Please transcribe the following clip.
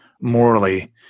morally